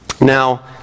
Now